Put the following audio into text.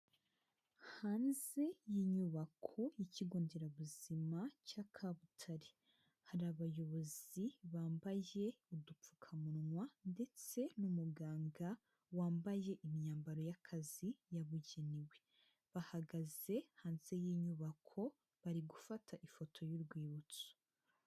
Hanze y'inyubako y'Ikigo nderabuzima cya Kabutare hari abayobozi bambaye udupfukamunwa ndetse n'umuganga wambaye imyambaro y'akazi yabugenewe, bahagaze hanze y'inyubako bari gufata ifoto y'urwibutso.